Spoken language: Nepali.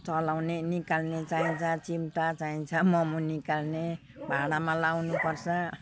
चलाउने निकाल्ने चाहिन्छ चिम्टा चाहिन्छ मम निकाल्ने भाँडामा लगाउनु पर्छ